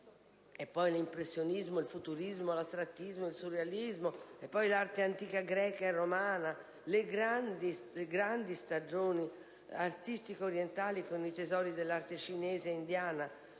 l'impressionismo, il futurismo, l'astrattismo, il surrealismo e, poi, l'arte antica greca e romana, le grandi stagioni artistiche orientali, con i tesori dell'arte cinese e indiana,